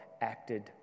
acted